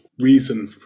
reason